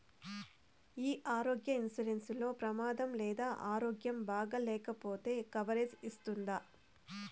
ఈ ఆరోగ్య ఇన్సూరెన్సు లో ప్రమాదం లేదా ఆరోగ్యం బాగాలేకపొతే కవరేజ్ ఇస్తుందా?